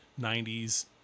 90s